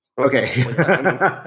Okay